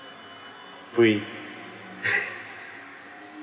pre